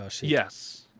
Yes